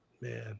Man